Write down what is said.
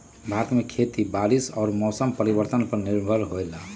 भारत में खेती बारिश और मौसम परिवर्तन पर निर्भर होयला